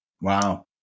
Wow